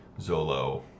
Zolo